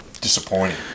disappointing